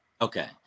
Okay